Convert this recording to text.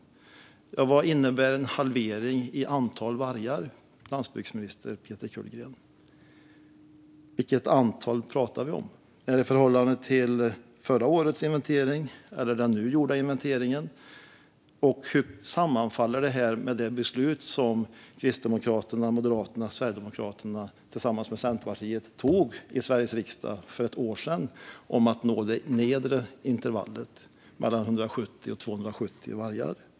Vad innebär en halvering i antal vargar, landsbygdsminister Peter Kullgren? Vilket antal pratar vi om? Är det i förhållande till förra årets inventering eller den nu gjorda inventeringen? Hur går detta ihop med det beslut Kristdemokraterna, Moderaterna och Sverigedemokraterna tog tillsammans med Centerpartiet i Sveriges riksdag för ett år sedan om att nå det nedre intervallet på mellan 170 och 270 vargar?